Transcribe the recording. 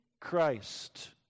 Christ